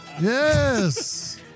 Yes